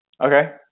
Okay